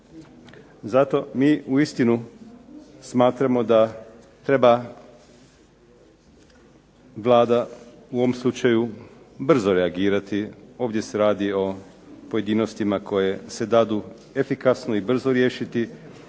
Zato mi uistinu smatramo da treba Vlada u ovom slučaju brzo reagirati. Ovdje se radi o pojedinostima koje se dadu efikasno i brzo riješiti.